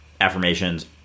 affirmations